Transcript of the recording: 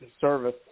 service